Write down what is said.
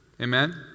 Amen